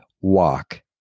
walk